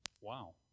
Wow